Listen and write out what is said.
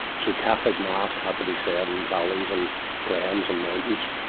so catholic mass had to be said in valleys and glens and mountains.